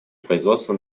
производства